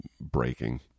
breaking